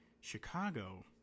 Chicago